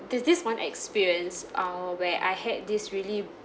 there's this one experience uh where I had this really